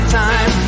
time